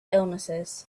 illnesses